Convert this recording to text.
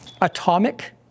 Atomic